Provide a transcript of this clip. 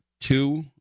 two